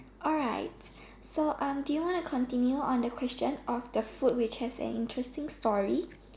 alright so um do you want to continue on the question of the food which has an interesting story